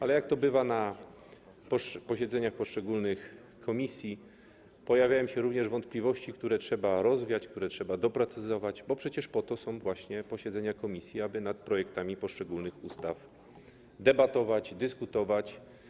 Ale jak to bywa na posiedzeniach poszczególnych komisji, pojawiają się również wątpliwości, które trzeba rozwiać, które trzeba doprecyzować, bo przecież po to są właśnie posiedzenia komisji, aby nad projektami poszczególnych ustaw debatować, dyskutować.